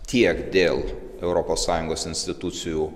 tiek dėl europos sąjungos institucijų